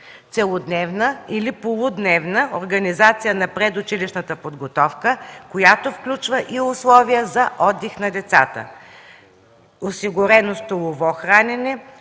целодневна или полудневна организация на предучилищната подготовка, която включва и условия за отдих на децата. Осигурено столово хранене,